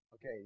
Okay